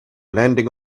landing